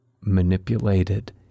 manipulated